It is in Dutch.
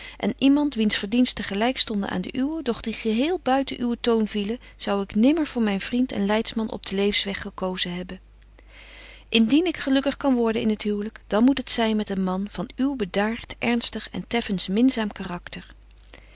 en iemand wiens verdiensten gelyk stonden aan de uwen doch die geheel buiten uwen toon vielen zou ik nimmer voor myn vriend en leidsman op den levensweg gekozen hebben indien ik gelukkig kan worden in het huwlyk dan moet het zyn met een man van uw bedaart ernstig en teffens minzaam karakter